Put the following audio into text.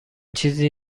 چیزی